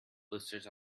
blisters